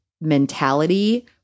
mentality